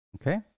Okay